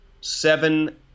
seven